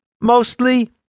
Mostly